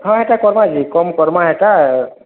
ହଁ ହେଟା କର୍ମା ଯେ କମ୍ କର୍ମା ହେଟା